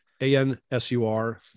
A-N-S-U-R